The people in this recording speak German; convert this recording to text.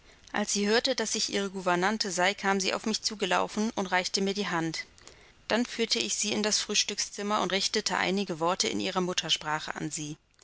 als sie hörte daß ich ihre gouvernante sei kam sie auf mich zugelaufen und reichte mir die hand dann führte ich sie in das frühstückszimmer und richtete einige worte in ihrer muttersprache an sie